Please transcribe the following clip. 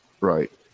Right